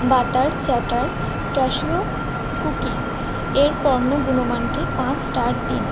butter chatter cashew cookie এর পণ্য গুণমানকে পাঁচ স্টার দিন